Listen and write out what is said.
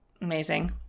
Amazing